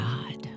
God